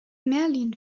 merlin